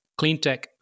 cleantech